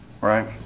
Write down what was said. right